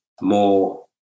more